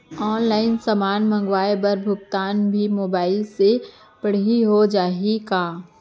Online समान मंगवाय बर भुगतान भी मोबाइल से पड़ही हो जाही का?